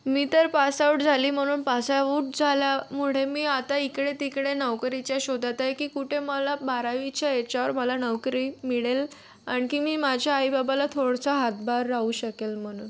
मी तर पासआउट झाली म्हणून पासआउट झाल्यामुळे मी आता इकडेतिकडे नोकरीच्या शोधात आहे की कुठे मला बारावीच्या ह्याच्यावर मला नोकरी मिळेल आणखी मी माझ्या आईबाबाला थोडासा हातभार राहू शकेल म्हणून